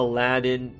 Aladdin